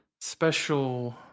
special